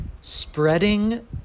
spreading